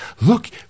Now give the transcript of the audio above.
look